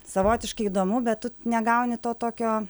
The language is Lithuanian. savotiškai įdomu bet tu negauni to tokio